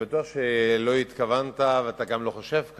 שלא התכוונת ואתה גם לא חושב כך,